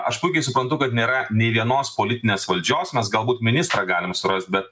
aš puikiai suprantu kad nėra nei vienos politinės valdžios mes galbūt ministrą galime surast bet